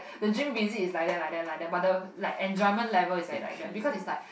the gym visit is like that like that like that but the like enjoyment level is at like that because is like